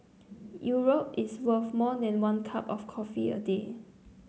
Europe is worth more than one cup of coffee a day